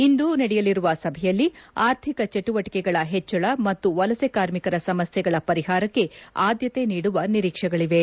ಇಂದು ನಡೆಯಲಿರುವ ಸಭೆಯಲ್ಲಿ ಆರ್ಥಿಕ ಚಟುವಟಿಕೆಗಳ ಹೆಚ್ವಳ ಮತ್ತು ವಲಸೆ ಕಾರ್ಮಿಕರ ಸಮಸ್ಥೆಗಳ ಪರಿಹಾರಕ್ಕೆ ಆದ್ಲತೆ ನೀಡುವ ನಿರೀಕ್ಷೆಗಳಿವೆ